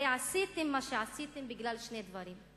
הרי עשיתם מה שעשיתם בגלל שני דברים.